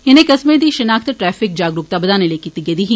इनें कस्बें दी षिनाख्त ट्रैफिक जागरुक्ता बदाने लेई कीती गेदी ही